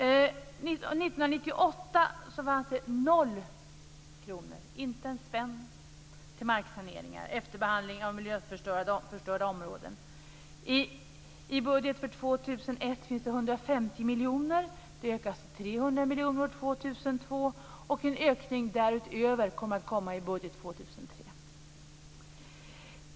Men i budgeten för år 2001 finns det 150 miljoner. Sedan blir det en ökning till 300 miljoner år 2002.